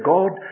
God